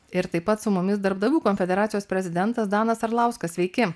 ir taip pat su mumis darbdavių konfederacijos prezidentas danas arlauskas sveiki